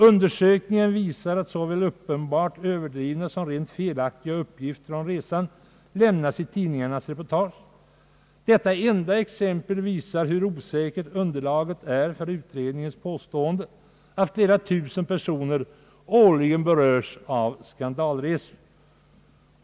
Undersökningen klargör att såväl uppenbart överdrivna som rent felaktiga upp gifter om resan lämnats i tidningarnas reportage. Detta enda exempel visar hur osäkert underlaget är för utredningens påstående, att flera tusen personer årligen berörs av skandalresor.